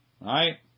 right